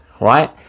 right